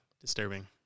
disturbing